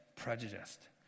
Prejudiced